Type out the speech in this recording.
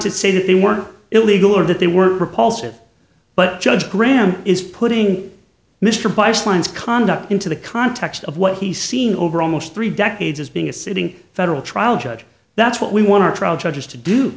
to say that they were illegal or that they were repulsive but judge granted is putting mr price lines conduct into the context of what he's seen over almost three decades as being a sitting federal trial judge that's what we want our trial judges to do